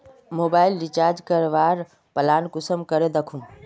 Mobile recharge करवार plan कुंसम करे दखुम?